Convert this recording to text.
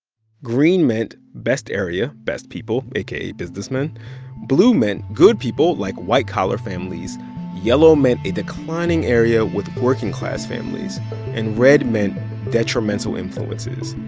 green meant best area, best people, aka businessmen blue meant good people, like white-collar families yellow meant a declining area, with working class families and red meant detrimental influences,